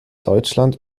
deutschland